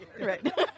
Right